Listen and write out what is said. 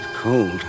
cold